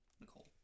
Nicole